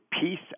Peace